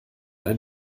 ein